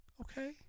Okay